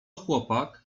chłopak